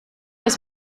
was